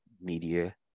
media